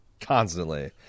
Constantly